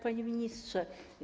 Panie Ministrze!